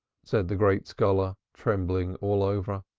said the great scholar, trembling all over.